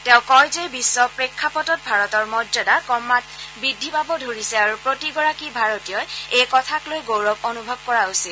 তেওঁ কয় যে বিশ্ব প্ৰেক্ষাপটত ভাৰতৰ মৰ্য্যাদা ক্ৰমাৎ বৃদ্ধি পাব ধৰিছে আৰু প্ৰতি গৰাকী ভাৰতীয়ই এই কথাক লৈ গৌৰৱ অনুভৱ কৰা উচিত